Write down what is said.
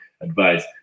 advice